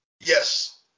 Yes